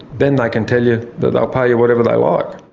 then they can tell you that they'll pay you whatever they like.